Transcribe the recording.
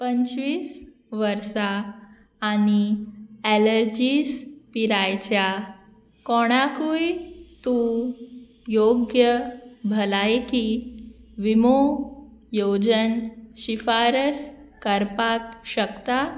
पंचवीस वर्सां आनी एलर्जीस पिरायेच्या कोणाकूय तूं योग्य भलायकी विमो येवजण शिफारस करपाक शकता